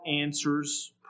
answers